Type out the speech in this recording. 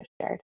shared